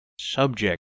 subject